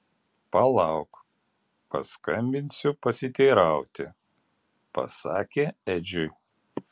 palauk paskambinsiu pasiteirauti pasakė edžiui